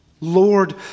Lord